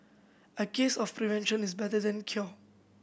a case of prevention is better than cure